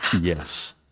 yes